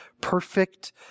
perfect